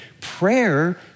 Prayer